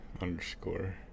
underscore